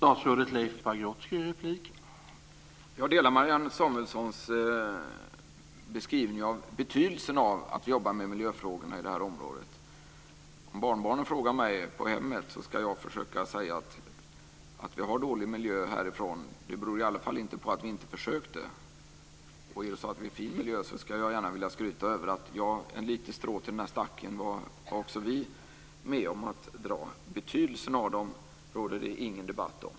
Herr talman! Jag delar Marianne Samuelssons beskrivning av betydelsen av att jobba med miljöfrågorna i det här området. Om barnbarnen frågar mig på hemmet ska jag försöka säga att om vi har dålig miljö beror det i alla fall inte på att vi inte försökte. Är det så att det är fin miljö ska jag gärna skryta över att en liten strå till den stacken har också vi varit med om att dra. Betydelsen av dessa råder det ingen debatt om.